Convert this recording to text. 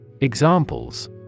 Examples